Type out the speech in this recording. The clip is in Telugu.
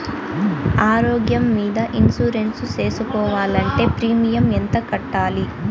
ఆరోగ్యం మీద ఇన్సూరెన్సు సేసుకోవాలంటే ప్రీమియం ఎంత కట్టాలి?